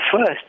first